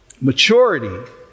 maturity